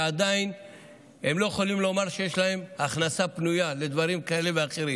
ועדיין הם לא יכולים לומר שיש להם הכנסה פנויה לדברים כאלה ואחרים.